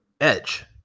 edge